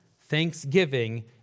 Thanksgiving